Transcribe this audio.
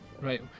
Right